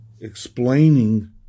explaining